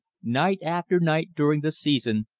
night after night during the season,